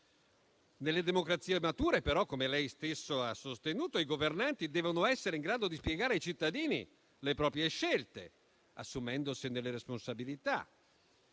Nelle democrazie mature però - come lei stesso ha sostenuto - i governanti devono essere in grado di spiegare ai cittadini le proprie scelte, assumendosene la responsabilità.